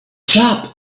job